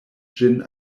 ĝin